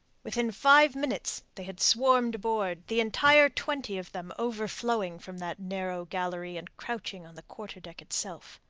within five minutes they had swarmed aboard, the entire twenty of them overflowing from that narrow gallery and crouching on the quarter-deck itself.